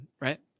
right